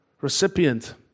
recipient